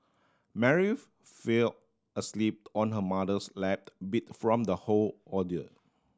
Mary fell asleep on her mother's lap beat from the whole ordeal